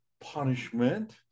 punishment